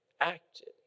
acted